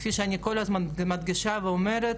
כפי שאני כל הזמן מדגישה ואומרת,